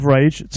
Rage